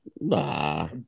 Nah